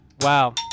Wow